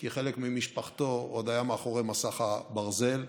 כי חלק ממשפחתו עוד היה מאחורי מסך הברזל,